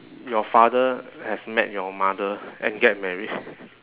your father have met your mother and get married